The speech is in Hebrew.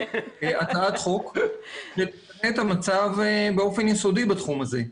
הצעת חוק לתקן את המצב באופן יסודי בתחום הזה.